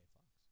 Fox